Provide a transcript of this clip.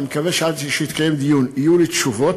שם, אני מקווה, יתקיים דיון ויהיו לי תשובות.